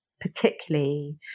particularly